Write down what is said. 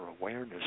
awareness